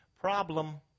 problem